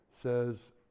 says